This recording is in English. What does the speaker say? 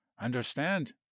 Understand